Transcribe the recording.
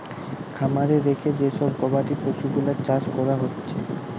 খামারে রেখে যে সব গবাদি পশুগুলার চাষ কোরা হচ্ছে